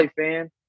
fan